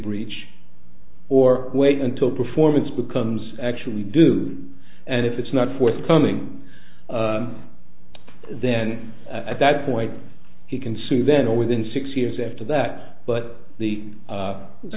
breach or wait until performance becomes actually do and if it's not forthcoming then at that point he can sue then within six years after that but the